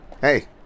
Hey